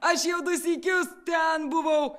aš jau du sykius ten buvau